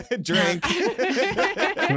Drink